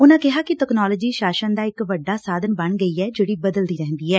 ਉਨਾ ਕਿਹਾ ਕਿ ਤਕਨਾਲੋਜੀ ਸ਼ਾਸ਼ਨ ਦਾ ਇਕ ਵੱਡਾ ਸਾਧਨ ਬਣ ਗਈ ਐ ਜਿਹਡੀ ਬਦਲਦੀ ਰਹਿੰਦੀ ਐ